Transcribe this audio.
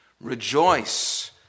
Rejoice